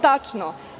Tačno.